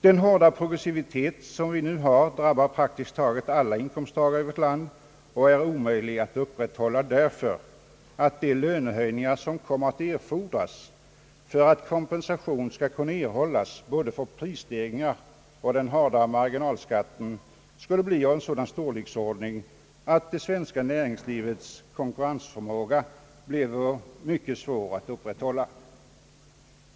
Den hårda progressivitet som vi nu har drabbar praktiskt taget alla inkomsttagare i vårt land och är omöjlig att upprätthålla, därför att de lönehöjningar som kommer att erfordras för att kompensation skall kunna erhållas för både prisstegringarna och den hårda marginalskatten skulle bli av sådan storleksordning att det svenska näringslivets konkurrensförmåga bleve mycket svår att upprätthålla.